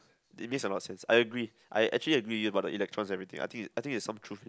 they miss a lot of sense I agree I actually agree you've got the elections everything I think I think is some truth in it